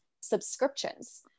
subscriptions